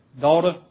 daughter